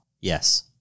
yes